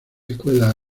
escuelas